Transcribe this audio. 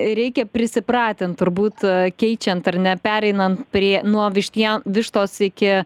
reikia prisipratint turbūt keičiant ar ne pereinant prie nuo vištien vištos iki